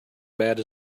bad